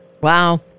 Wow